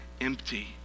empty